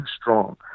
strong